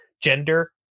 gender